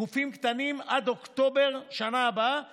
גופים קטנים, עד אוקטובר בשנה הבאה